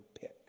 Pick